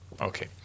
Okay